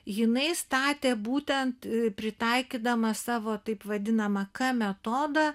jinai statė būtent pritaikydama savo taip vadinamą k metodą